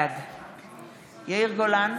בעד יאיר גולן,